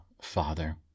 Father